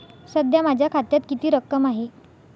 सध्या माझ्या खात्यात किती रक्कम आहे?